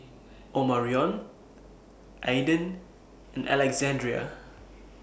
Omarion Aedan and Alexandria